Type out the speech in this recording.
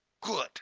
good